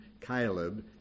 Caleb